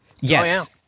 Yes